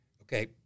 okay